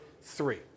three